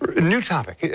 ah new topic.